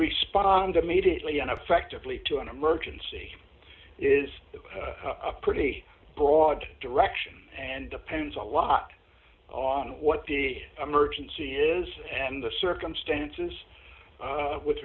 respond immediately on affectively to an emergency is a pretty broad direction and depends a lot on what the emergency is and the circumstances with